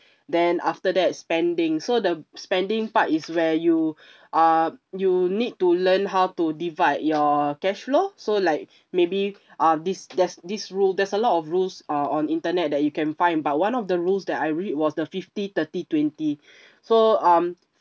then after that spending so the spending part is where you uh you need to learn how to divide your cash flow so like maybe uh this there's this rule there's a lot of rules uh on internet that you can find but one of the rules that I read was the fifty thirty twenty so um